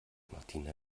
martina